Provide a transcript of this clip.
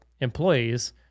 employees